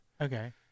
Okay